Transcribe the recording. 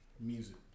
music